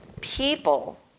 People